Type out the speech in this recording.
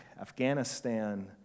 Afghanistan